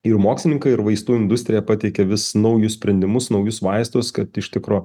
ir mokslininkai ir vaistų industrija pateikia vis naujus sprendimus naujus vaistus kad iš tikro